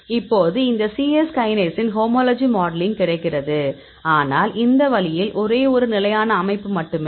இப்போது இந்த சிஎஸ் கைனேஸின் ஹோமோலஜி மாடலிங் கிடைக்கிறது ஆனால் இந்த வழியில் ஒரே ஒரு நிலையான அமைப்பு மட்டுமே